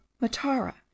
Matara